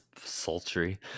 sultry